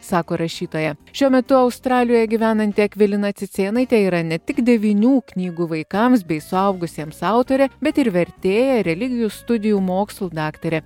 sako rašytoja šiuo metu australijoje gyvenanti akvilina cicėnaitė yra ne tik devynių knygų vaikams bei suaugusiems autorė bet ir vertėja religijų studijų mokslų daktarė